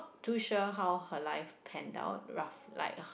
too sure how her life panned out rough like